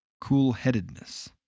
cool-headedness